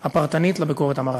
הנקודתית הפרטנית לביקורת המערכתית.